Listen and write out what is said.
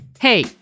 Hey